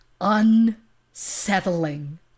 Unsettling